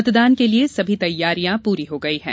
मतदान के लिए समी तैयारियां पूरी हो गई है